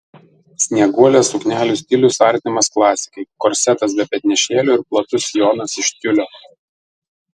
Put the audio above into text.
snieguolės suknelių stilius artimas klasikai korsetas be petnešėlių ir platus sijonas iš tiulio